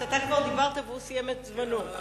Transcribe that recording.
חבר הכנסת כץ, אתה כבר דיברת והוא סיים את זמנו.